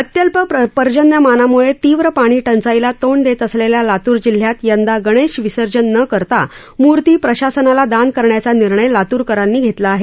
अत्यल्प पर्जन्यमानामुळे तीव्र पाणी टंचाईला तोडं देत असलेल्या लातूर जिल्ह्यात यंदा गणेशविसर्जन न करता मूर्ती प्रशासनाला दान करण्याचा निर्णय लात्रकरांनी घेतला आहे